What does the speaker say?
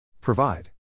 Provide